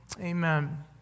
Amen